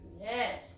Yes